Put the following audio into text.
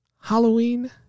Halloween